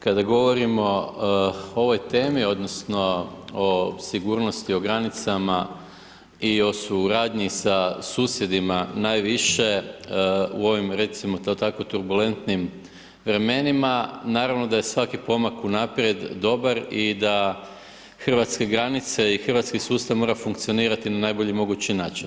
Kada govorimo o ovoj temi odnosno o sigurnosti o granicama i o suradnji sa susjedima najviše u ovim recimo to tako turbulentnim vremenima, naravno da je svaki pomak unaprijed dobar i da hrvatske granice i hrvatski sustav mora funkcionirati na najbolji mogući način.